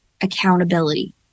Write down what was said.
accountability